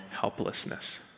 helplessness